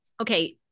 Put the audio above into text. Okay